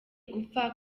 gupfa